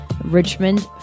Richmond